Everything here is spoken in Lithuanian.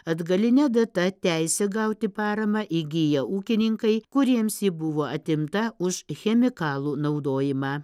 atgaline data teisę gauti paramą įgiję ūkininkai kuriems ji buvo atimta už chemikalų naudojimą